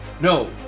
No